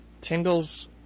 tingles